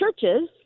churches